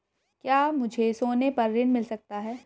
क्या मुझे सोने पर ऋण मिल सकता है?